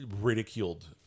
ridiculed